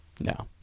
no